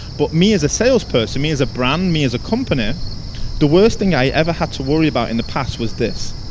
but me as a salesperson, me as a brand, me as a company the worst thing i ever had to worry about in the past was this.